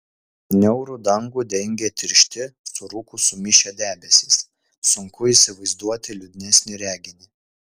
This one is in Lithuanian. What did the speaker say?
niaurų dangų dengė tiršti su rūku sumišę debesys sunku įsivaizduoti liūdnesnį reginį